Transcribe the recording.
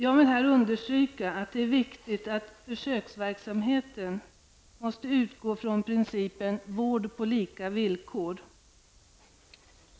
Jag vill här understryka att det är viktigt att försöksverksamheten utgår från principen vård på lika villkor.